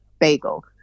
bagel